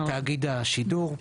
תאגיד השידור,